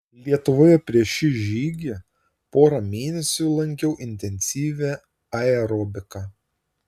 lietuvoje prieš šį žygį porą mėnesių lankiau intensyvią aerobiką